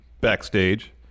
backstage